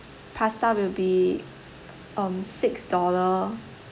pasta will be um six dollar